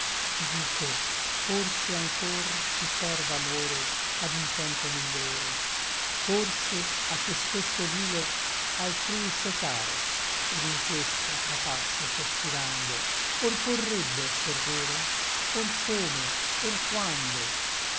ch'i dico forse anchor ti serva amore ad un tempo migliore forse a te stesso vile altrui se caro et in questa trapasso sospirando or porrebbe esser vero or come or quando